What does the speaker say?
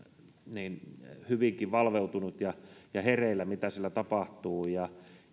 hyvinkin valveutunut ja ja hereillä siinä mitä siellä tapahtuu ja